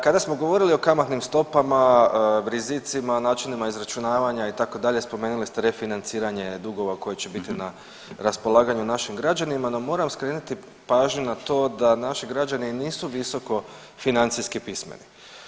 Kada smo govorili o kamatnim stopama, rizicima, načinima izračunavanja itd., spomenuli ste refinanciranje dugova koje će biti na raspolaganju našim građanima no moram skrenuti pažnju na to da naši građani nisu visoko financijski pismeni.